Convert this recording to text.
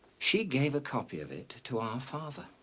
she gave a copy of it to our father.